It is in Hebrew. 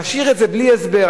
להשאיר את זה בלי הסבר,